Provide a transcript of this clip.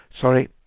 Sorry